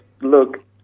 Look